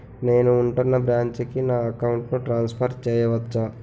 నేను ఉంటున్న బ్రాంచికి నా అకౌంట్ ను ట్రాన్సఫర్ చేయవచ్చా?